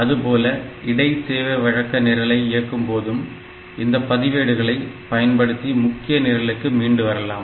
அதுபோல இடை சேவை வழக்க நிரலை இயக்கும் போதும் இந்த பதிவேடுகளை பயன்படுத்தி முக்கிய நிரலுக்கு மீண்டு வரலாம்